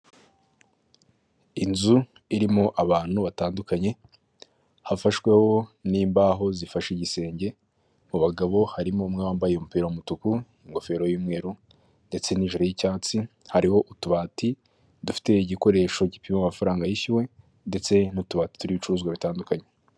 Inzu irimo abantu batandukanye hafashweho n'imbaho zifashe igisenge, mu bagabo harimo umwe wambaye umupira w'umutuku ingofero y'umweru, ndetse n'ijoro y'icyatsi hariho utubati dufite igikoresho gipima amafaranga yishyuwe, ndetse n'utubati tw'ibicuruzwa bitandukanye.